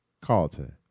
Carlton